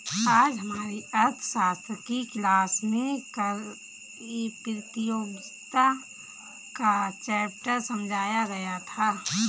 आज हमारी अर्थशास्त्र की क्लास में कर प्रतियोगिता का चैप्टर समझाया गया था